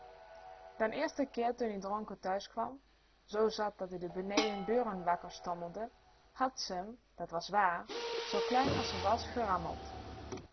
eersten keer toe ie dronken thuis kwam zoo zat dat-ie de benejen buren wakker stommelde had ze m dat was wààr zoo klein as ze was gerammeld